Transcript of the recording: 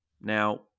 Now